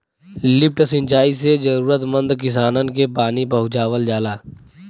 lift सिंचाई से जरूरतमंद किसानन के पानी पहुंचावल जाला